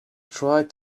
tried